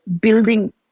building